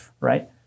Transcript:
right